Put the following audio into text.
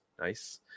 Nice